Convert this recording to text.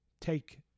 take